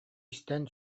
истэн